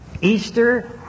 Easter